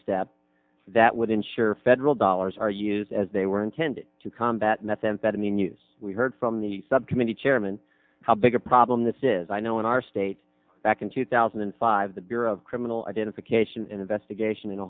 step that would ensure federal dollars are used as they were intended to combat methamphetamine use we heard from the subcommittee chairman how big a problem this is i know in our state back in two thousand and five the bureau of criminal identification and investigation